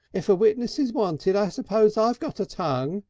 if a witness is wanted i suppose i've got a tongue.